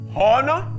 honor